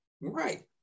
Right